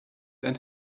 and